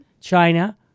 China